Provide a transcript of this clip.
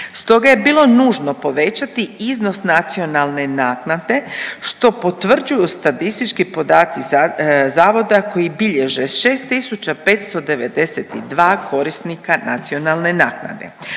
stoga je bilo nužno povećati iznos nacionalne naknade što potvrđuju statistički podaci zavoda koji bilježe 6592 korisnika nacionalne naknade.